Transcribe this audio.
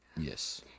Yes